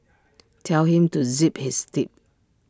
tell him to zip his lip